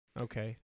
Okay